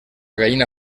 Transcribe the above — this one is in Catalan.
gallina